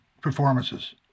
performances